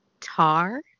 tar